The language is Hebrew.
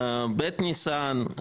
ב' ניסן,